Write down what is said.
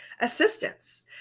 assistance